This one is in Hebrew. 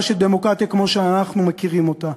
של דמוקרטיה כמו שאנחנו מכירים אותה.